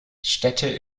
städte